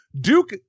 Duke